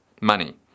money